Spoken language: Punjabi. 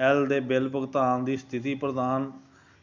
ਐੱਲ ਦੇ ਬਿੱਲ ਭੁਗਤਾਨ ਦੀ ਸਥਿਤੀ ਪ੍ਰਦਾਨ